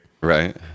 Right